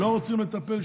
לא רוצים לטפל,